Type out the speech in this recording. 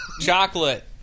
Chocolate